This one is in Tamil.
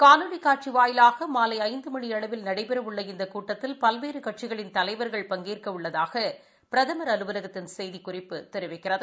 காணொலி காட்சி வாயிலாக மாலை ஐந்து மணி அளவில் நடைபெறவுள்ள இந்த கூட்டத்தில் பல்வேறு கட்சிகளின் தலைவர்கள் பங்கேற்க உள்ளதாக பிரதமர் அலுவலகத்தின் செய்திக்குறிப்பு தெரிவிக்கிறது